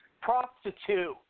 Prostitute